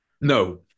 No